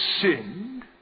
sinned